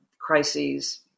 crises